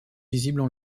visibles